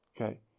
Okay